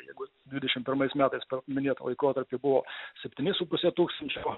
jeigu dvidešimt pirmais metais per minėtą laikotarpį buvo septyni su puse tūkstančio